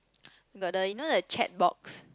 got the you know the chat box